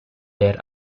there